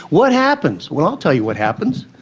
what happens? well, i'll tell you what happens,